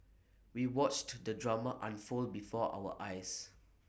we watched the drama unfold before our eyes